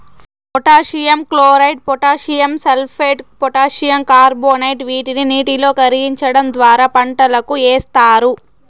potassium chloride, potassium sulphate, potassium carbonate వీటిని నీటిలో కరిగించడం ద్వారా పంటలకు ఏస్తారు